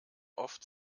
oft